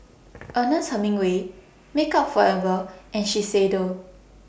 Ernest Hemingway Makeup Forever and Shiseido